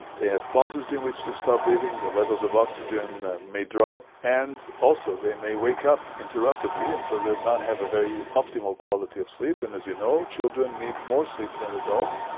they have pauses in which they stop breathing, their levels of oxygen may drop, and also they may wake up interruptedly, and so they will not have a very optimal quality of sleep and, as you know, children need more sleep than adults,